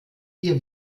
hier